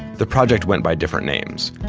the project went by different names.